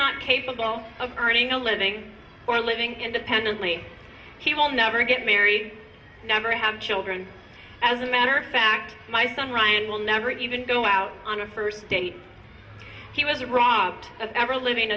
not capable of earning a living or living independently he will never get married never have children as a matter of fact my son ryan will never even go out on a first date he was wrong as ever liv